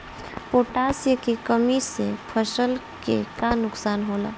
Potash के कमी से फसल के का नुकसान होला?